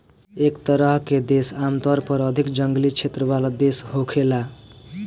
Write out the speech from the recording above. एह तरह के देश आमतौर पर अधिक जंगली क्षेत्र वाला देश होखेला